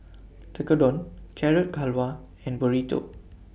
Tekkadon Carrot Halwa and Burrito